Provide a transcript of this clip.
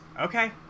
Okay